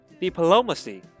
Diplomacy